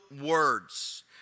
words